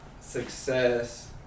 success